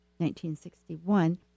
1961